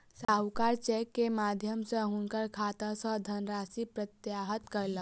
साहूकार चेक के माध्यम सॅ हुनकर खाता सॅ धनराशि प्रत्याहृत कयलक